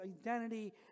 identity